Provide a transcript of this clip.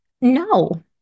No